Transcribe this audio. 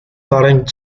current